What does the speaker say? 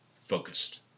Focused